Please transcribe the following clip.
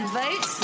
vote